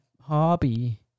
hobby